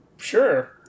Sure